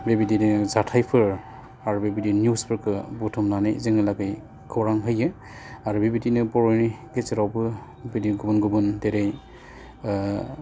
बेबायदिनो जाथाइफोर आरो बेबायदि निउसफोरबो बुथुमनानै जोंनि लागै खौरां हैयो आरो बेबायदिनो बर'नि गेजेरावबो बेबायदिनो गुबुन गुबुन जेरै